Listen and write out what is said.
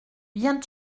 viens